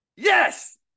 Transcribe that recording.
Yes